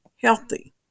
healthy